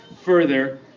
further